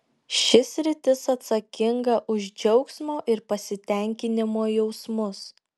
ši sritis atsakinga už džiaugsmo ir pasitenkinimo jausmus